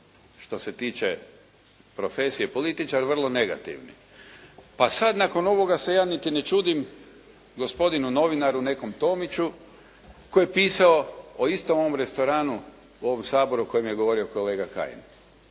što se tiče profesije političara vrlo negativni, pa sad nakon ovoga se ja niti ne čudim gospodinu novinaru nekom Tomiću koji je pisao o istom ovom restoranu u ovom Saboru o kojem je govorio kolega Kajin.